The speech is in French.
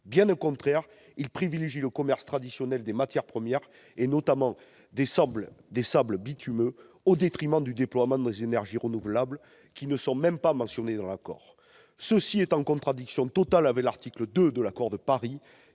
Bien au contraire, il privilégie le commerce traditionnel des matières premières, notamment des sables bitumineux, au détriment du déploiement des énergies renouvelables, lesquelles ne sont même pas mentionnées dans l'accord. Le CETA est en totale contradiction avec l'article 2 de l'accord de Paris,